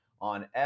on